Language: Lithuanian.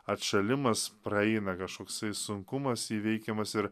atšalimas praeina kažkoksai sunkumas įveikiamas ir